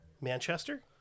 Manchester